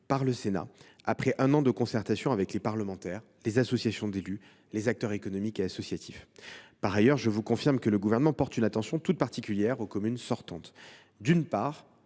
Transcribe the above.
par le Sénat, après un an de concertation avec les parlementaires, les associations d’élus et les acteurs économiques et associatifs. Par ailleurs, je vous confirme que le Gouvernement porte une attention toute particulière aux communes sortantes. D’une part,